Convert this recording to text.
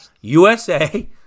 USA